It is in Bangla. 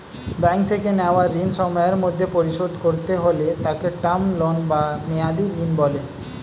ব্যাঙ্ক থেকে নেওয়া ঋণ সময়ের মধ্যে পরিশোধ করতে হলে তাকে টার্ম লোন বা মেয়াদী ঋণ বলে